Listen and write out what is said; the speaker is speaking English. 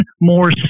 more